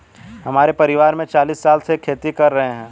हमारे परिवार में चालीस साल से खेती कर रहे हैं